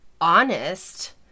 honest